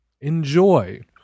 Enjoy